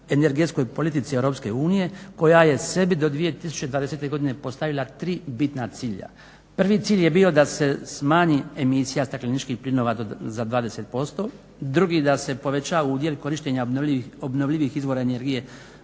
energetskoj politici EU koja je sebi do 2020.godine postavila tri bitna cilja. Prvi cilj je bio da se smanji emisija stakleničkih plinova za 20%. Drugi da se poveća udjel korištenja obnovljivih izvora energije